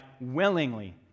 willingly